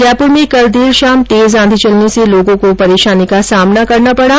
जयपुर में कल देर शाम तेज आंधी चलने से लोगों को परेशानी का सामना करना पडा